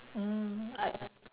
mm I